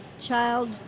child